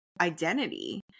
identity